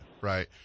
Right